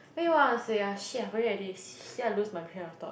what you want to say ah shit I forget already see I lose my train of thought